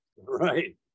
Right